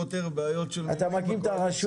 אתה מקים את הרשות,